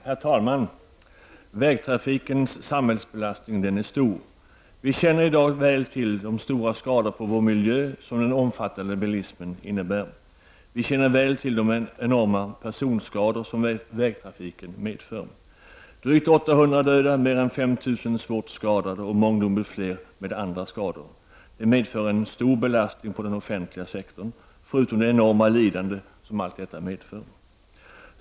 Herr talman! Vägtrafikens samhällsbelastning är stor. Vi känner i dag väl till de stora skador på vår miljö som den omfattande bilismen medför. Vi känner också väl till de enorma personskador som vägtrafiken orsakar: drygt 800 döda, mer än 5 000 svårt skadade och mångdubbelt fler med andra skador. Det medför en stor belastning på den offentliga sektorn, förutom det enorma lidande som allt detta förorsakar.